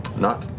nott?